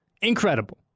incredible